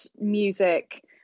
music